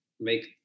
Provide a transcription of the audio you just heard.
make